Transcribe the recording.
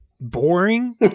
boring